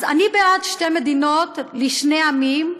אז אני בעד שתי מדינות לשני עמים,